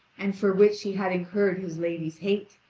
and for which he had incurred his lady's hate,